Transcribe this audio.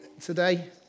today